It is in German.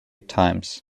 times